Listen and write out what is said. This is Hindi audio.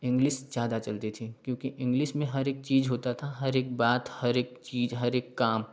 इंग्लिस ज़्यादा चलती थी क्योंकि इंग्लिस में हर एक चीज़ होता था हर एक बात हर एक चीज़ हर एक काम